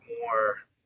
more